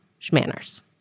schmanners